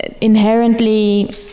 inherently